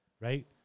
right